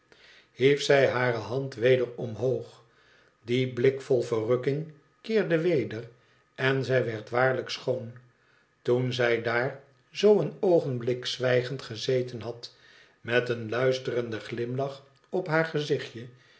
hief zij bare hand weder omhoog die blik vol verrukking keerde weder en zij werd waarlijk schoon toen zij daar zoo een oogenblik zwijgend gezeten bad met een luisterenden glimlach op haar gezichtje